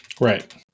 Right